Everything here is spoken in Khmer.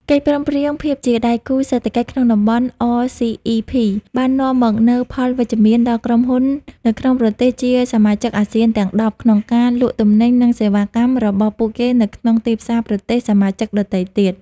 កិច្ចព្រមព្រៀងភាពជាដៃគូសេដ្ឋកិច្ចក្នុងតំបន់ អ សុី អុី ភី (RCEP) បាននាំមកនូវផលវិជ្ជមាន ដល់ក្រុមហ៊ុននៅក្នុងប្រទេសជាសមាជិកអាស៊ានទាំង ១០ក្នុងការលក់ទំនិញ និងសេវាកម្មរបស់ពួកគេនៅក្នុងទីផ្សារប្រទេសសមាជិកដទៃទៀត។